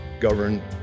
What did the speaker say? govern